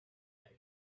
egg